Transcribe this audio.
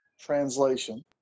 translation